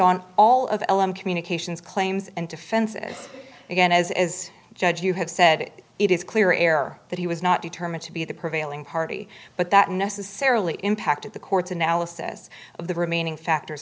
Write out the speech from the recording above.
on all of the l m communications claims and defenses again as as judge you have said that it is clear error that he was not determined to be the prevailing party but that necessarily impacted the court's analysis of the remaining factors